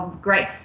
great